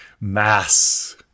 mass